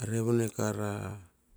a rebne kara